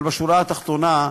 אבל בשורה התחתונה,